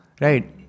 right